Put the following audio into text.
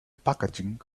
packaging